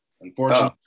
unfortunately